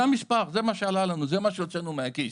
זה המספר, זה מה שעלה לנו, זה מה שהוצאנו מהכיס.